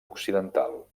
occidental